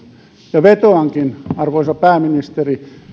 ja vetoankin arvoisa pääministeri